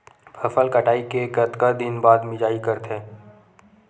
फसल कटाई के कतका दिन बाद मिजाई करथे?